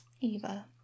Eva